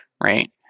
right